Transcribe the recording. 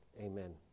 Amen